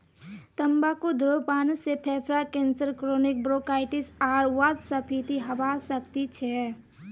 तंबाकू धूम्रपान से फेफड़ार कैंसर क्रोनिक ब्रोंकाइटिस आर वातस्फीति हवा सकती छे